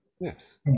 Yes